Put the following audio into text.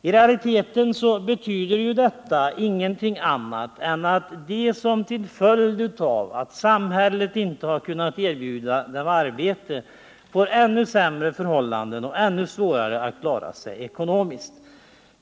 I realiteten betyder detta ingenting annat än att de som samhället inte har kunnat erbjuda arbete får det ännu sämre och ännu svårare att klara sig ekonomiskt.